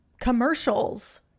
commercials